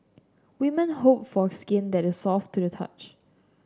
women hope for skin that is soft to the touch